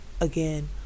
again